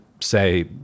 say